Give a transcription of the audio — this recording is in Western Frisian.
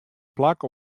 plak